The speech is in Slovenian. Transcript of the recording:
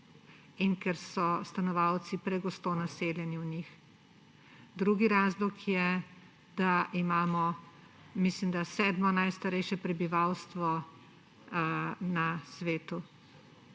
in ker so stanovalci pregosto naseljeni v njih. Drugi razlog je, da imamo, mislim da, sedmo najstarejše prebivalstvo na svetu.